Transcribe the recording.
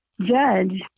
judge